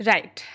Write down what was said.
Right